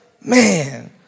Man